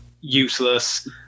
useless